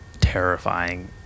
terrifying